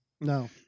No